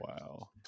wow